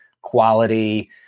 quality